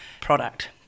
product